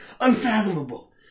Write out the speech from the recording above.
unfathomable